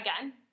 again